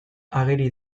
ageri